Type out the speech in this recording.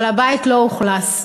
אבל הבית לא אוכלס.